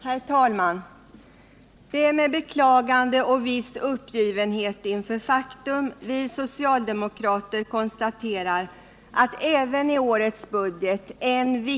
I fråga om detta betänkande hålles gemensam överläggning för samtliga punkter. Under den gemensamma överläggningen får yrkanden framställas beträffande samtliga punkter i betänkandet. I det följande redovisas endast de punkter, vid vilka under överläggningen framställts särskilda yrkanden.